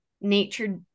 nature